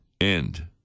end